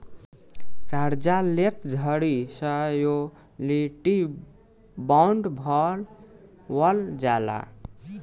कार्जा लेत घड़ी श्योरिटी बॉण्ड भरवल जाला